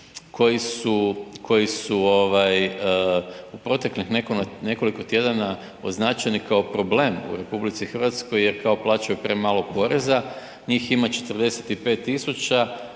koji su ovaj u proteklih nekoliko tjedana označeni kao problem u RH jer kao plaćaju premalo poreza, njih ima 45 000